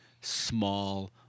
small